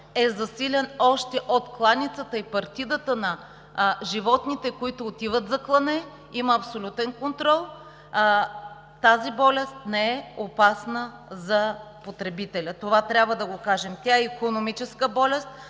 е засилен още от кланицата и партидата на животните, които отиват за клане. Има абсолютен контрол! Тази болест не е опасна за потребителя – това трябва да го кажем. Тя е икономическа болест